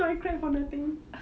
so I cried for nothing